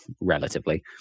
relatively